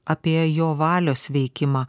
apie jo valios veikimą